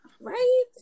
right